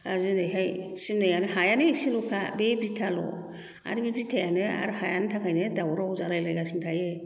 जेरैहाय सिमनायानो हायानो एसेल'खा बे बिथाल' आरो बे बिथायानो आरो हानि थाखायनो दावराव जालायगासिनो थायो